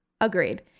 Agreed